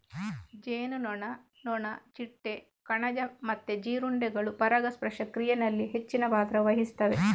ಜೇನುನೊಣ, ನೊಣ, ಚಿಟ್ಟೆ, ಕಣಜ ಮತ್ತೆ ಜೀರುಂಡೆಗಳು ಪರಾಗಸ್ಪರ್ಶ ಕ್ರಿಯೆನಲ್ಲಿ ಹೆಚ್ಚಿನ ಪಾತ್ರ ವಹಿಸ್ತವೆ